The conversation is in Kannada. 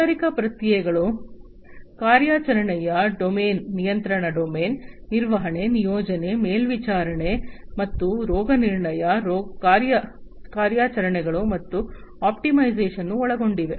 ಕೈಗಾರಿಕಾ ಪ್ರಕ್ರಿಯೆಗಳ ಕಾರ್ಯಾಚರಣೆಯ ಡೊಮೇನ್ ನಿಯಂತ್ರಣ ಡೊಮೇನ್ ನಿರ್ವಹಣೆ ನಿಯೋಜನೆ ಮೇಲ್ವಿಚಾರಣೆ ಮತ್ತು ರೋಗನಿರ್ಣಯ ಕಾರ್ಯಾಚರಣೆಗಳು ಮತ್ತು ಆಪ್ಟಿಮೈಸೇಶನ್ ಅನ್ನು ಒಳಗೊಂಡಿದೆ